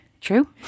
true